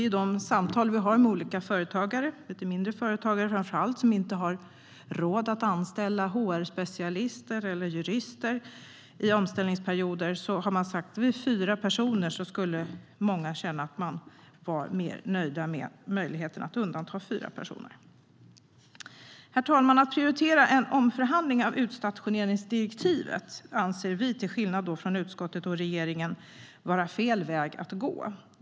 I de samtal vi fört med olika företagare, framför allt i lite mindre företag som inte har råd att anställa HR-specialister eller jurister i omställningsperioder, har många sagt att de skulle känna sig mer nöjda med möjligheten att undanta fyra personer. Herr talman! Att prioritera en omförhandling av utstationeringsdirektivet anser vi, till skillnad från utskottet och regeringen, vara fel väg att gå.